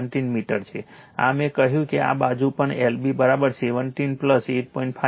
17 metre છે આ મેં કહ્યું કે આ બાજુ પણ LB 17 8